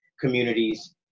communities